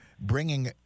bringing